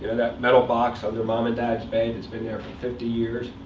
and that metal box under mom and dad's bed that's been there for fifty years?